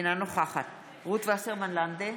אינה נוכחת רות וסרמן לנדה,